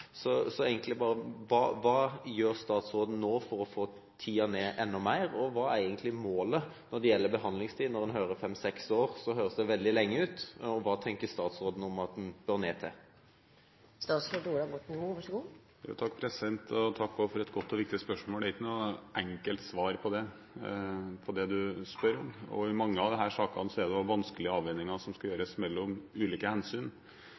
Så egentlig vil jeg bare spørre: Hva gjør statsråden for å få tiden enda mer ned? Hva er egentlig målet når det gjelder behandlingstid? Når en sier fem–seks år, høres det veldig lenge ut. Hva mener statsråden at den bør ned til? Takk for et godt og viktig spørsmål. Det er ikke noe enkelt svar på det representanten spør om. I mange av disse sakene er det også vanskelige avveininger mellom ulike hensyn. Jeg tror veldig på at man gjennom flere tiltak og flere tilnærminger kan klare å effektivisere prosessen, samtidig som